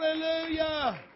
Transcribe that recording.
Hallelujah